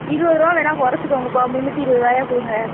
இருபது ருபாய் வேணால் குறைச்சிக்கோங்கப்பா முந்நூற்றி இருபது ருபாயா கொடுங்க